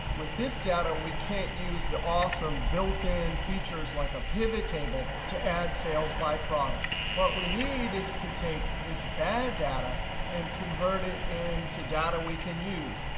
with this data, we can't use the awesome built in features, like a pivot table, to add sales by product. what we need is to take this bad data and convert it and into data we can use,